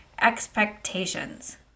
expectations